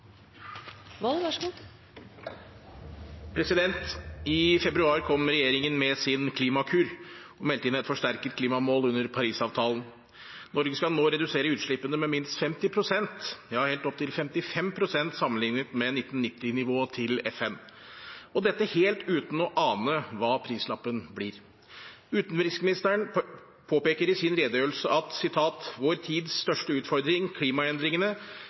I februar kom regjeringen med sin Klimakur og meldte inn et forsterket klimamål under Parisavtalen. Norge skal nå redusere utslippene med minst 50 pst. – ja, helt opp til 55 pst. – sammenlignet med 1990-nivået til FN, og dette helt uten å ane hva prislappen blir. Utenriksministeren påpeker i sin redegjørelse: «Vår tids største utfordring – klimaendringene